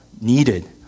needed